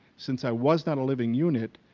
since i was not a living unit,